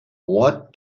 what